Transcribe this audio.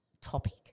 topic